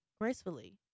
gracefully